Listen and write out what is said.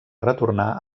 retornar